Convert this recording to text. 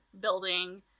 building